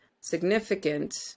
significant